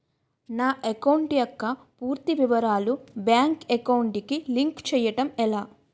నా అకౌంట్ యెక్క పూర్తి వివరాలు బ్యాంక్ అకౌంట్ కి లింక్ చేయడం ఎలా?